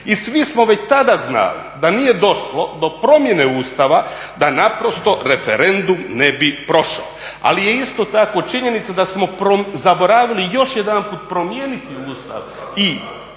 I svi smo već tada znali da nije došlo do promjene Ustava da naprosto referendum ne bi prošao. Ali je isto tako činjenica da smo zaboravili još jedanput promijeniti Ustav i